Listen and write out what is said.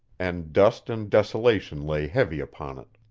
and dust and desolation lay heavy upon it.